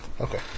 Okay